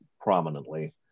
prominently